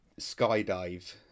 skydive